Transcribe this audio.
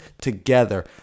together